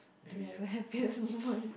to have a happiest moment